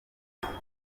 nta